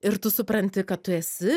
ir tu supranti kad tu esi